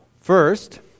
First